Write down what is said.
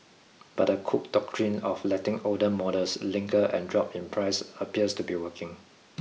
but the cook doctrine of letting older models linger and drop in price appears to be working